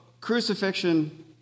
crucifixion